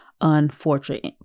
unfortunate